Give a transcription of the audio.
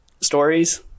stories